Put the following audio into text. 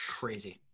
crazy